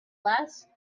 last